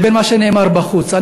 לבין מה שנאמר בחוץ.